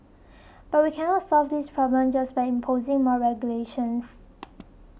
but we cannot solve this problem just by imposing more regulations